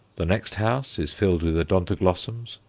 the next house is filled with odontoglossums,